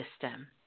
system